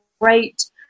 great